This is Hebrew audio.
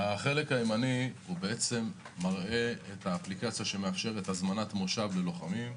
החלק הימני מראה את האפליקציה שמאפשרת הזמנת מושב ללוחמים,